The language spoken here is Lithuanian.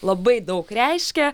labai daug reiškia